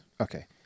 Okay